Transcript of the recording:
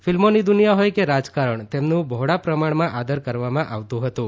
ફિલ્મોની દુનિયા હોય કે રાજકારણ તેમનું બહોળા પ્રમાણમાં આદર કરવામાં આવતું હતું